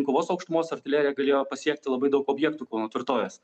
linkuvos aukštumos artilerija galėjo pasiekti labai daug objektų kauno tvirtovės